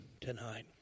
tonight